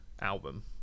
album